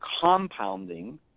compounding